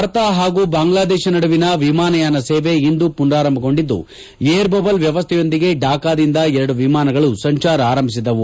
ಭಾರತ ಹಾಗೂ ಬಾಂಗ್ಲಾದೇಶ ನಡುವಿನ ವಿಮಾನಯಾನ ಸೇವೆ ಇಂದು ಪುನರಾರಂಭಗೊಂಡಿದ್ದು ಏರ್ಬಬ್ಬಲ್ ವ್ಯವಸ್ದೆಯೊಂದಿಗೆ ಢಾಕಾದಿಂದ ಎರಡು ವಿಮಾನಗಳು ಸಂಚಾರ ಆರಂಭಿಸಿದವು